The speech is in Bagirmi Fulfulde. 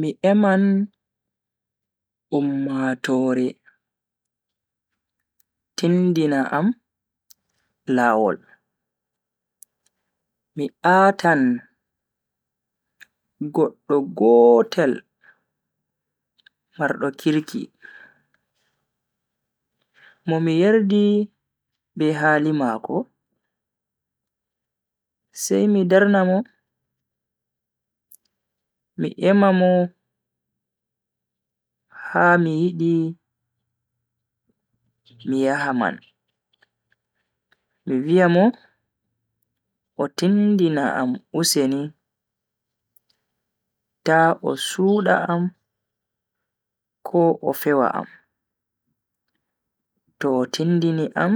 Mi eman ummatoore tindina am lawol. mi a'tan goddo gotel mardo kirki Mo mi yerdi be hali mako, sai mi darna mo, mi ema Mo ha mi yidi mi yaha man mi viya o tindina am useni ta o suda am ko o fewa am. to o tindini am